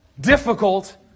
difficult